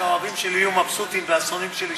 שהאוהבים שלי יהיו מבסוטים ושהשונאים שלי,